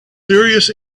serious